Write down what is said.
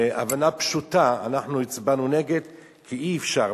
בהבנה פשוטה, אנחנו הצבענו נגד, כי אי-אפשר.